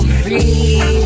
free